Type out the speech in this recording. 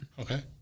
Okay